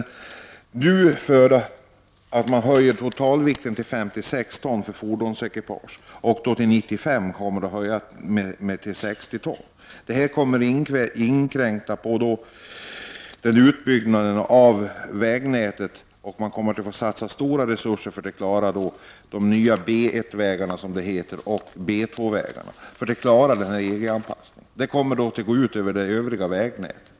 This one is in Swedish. Att man nu höjer totalvikten till 56 ton för fordonsekipage och 1995 till 60 ton kommer att inkräkta på utbyggnaden av vägnätet. Man kommer att behöva satsa stora resurser på de nya B1 och B2 vägarna för att klara EG-anpassningen, vilket kommer att gå ut över det övriga vägnätet.